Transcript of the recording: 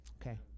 Okay